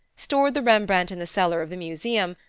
stored the rembrandt in the cellar of the museum,